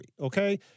okay